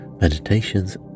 meditations